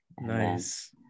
nice